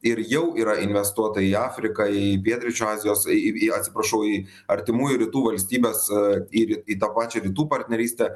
ir jau yra investuota į afriką į pietryčių azijos į į į atsiprašau į artimųjų rytų valstybes ir į tą pačią rytų partnerystę